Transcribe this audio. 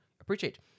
appreciate